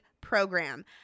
program